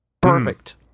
Perfect